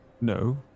no